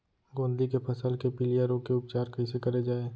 गोंदली के फसल के पिलिया रोग के उपचार कइसे करे जाये?